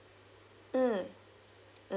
mm